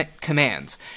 commands